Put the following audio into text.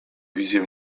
wizję